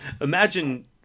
Imagine